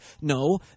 No